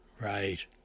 Right